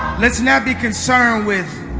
let's not be concerned with